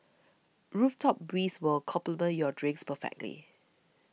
rooftop breeze will complement your drinks perfectly